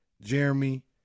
Jeremy